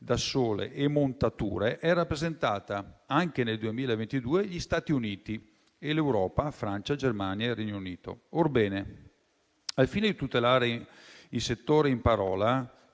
da sole e montature è rappresentata anche nel 2022 da Stati Uniti e dall'Europa (in particolare Francia, Germania e Regno Unito). Orbene, al fine di tutelare il settore in parola,